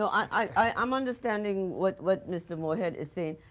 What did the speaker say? no, i'm understanding what what mr. moore head is saying.